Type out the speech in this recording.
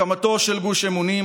הקמתו של גוש אמונים,